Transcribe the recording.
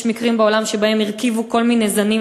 יש מקרים בעולם שהרכיבו כל מיני זנים,